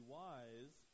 wise